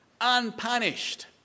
unpunished